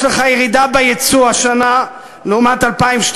יש לך ירידה ביצוא השנה לעומת 2012,